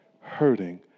hurting